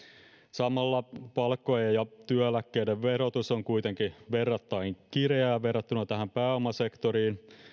samalla palkkojen ja työeläkkeiden verotus on kuitenkin verrattain kireää verrattuna tähän pääomasektoriin